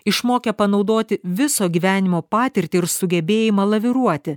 išmokę panaudoti viso gyvenimo patirtį ir sugebėjimą laviruoti